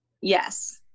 Yes